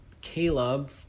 Caleb